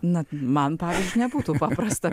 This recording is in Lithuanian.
na man pavyzdžiui nebūtų paprasta